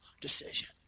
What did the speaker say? decision